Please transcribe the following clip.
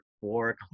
four